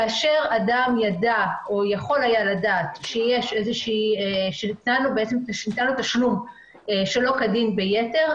כאשר אדם ידע או יכול היה לדעת שניתן לו תשלום שלא כדין ביתר,